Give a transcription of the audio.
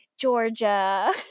Georgia